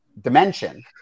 dimension